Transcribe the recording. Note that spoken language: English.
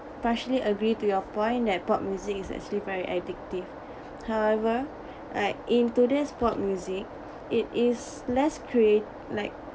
partially agree to your point that pop music is actually very addictive however like in today's pop music it is less create like